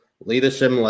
Leadership